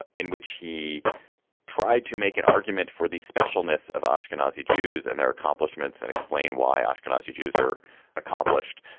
ah in which he tried to make an argument for the specialness of ashkenazi jews and their accomplishments and explain why ashkenazi jews are accomplished.